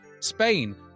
Spain